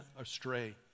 astray